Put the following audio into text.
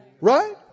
Right